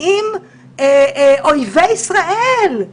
עם אויבי ישראל,